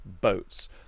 boats